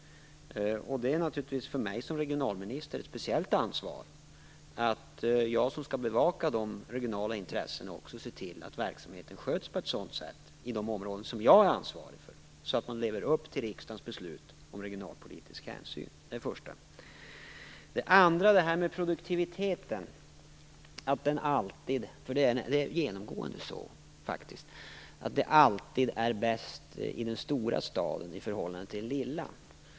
Det är naturligtvis ett speciellt ansvar för mig som regionalminister att jag som skall bevaka de regionala intressena också ser till att verksamheten sköts på ett sådant sätt, inom de områden som jag är ansvarig för, så att man lever upp till riksdagens beslut om regionalpolitisk hänsyn. Produktiviteten är alltid - det är genomgående så, faktiskt - bättre i den stora staden i förhållande till den lilla.